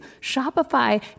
Shopify